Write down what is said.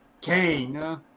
Kane